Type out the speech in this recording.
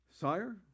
Sire